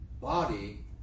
body